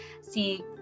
si